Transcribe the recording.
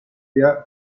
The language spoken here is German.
der